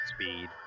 speed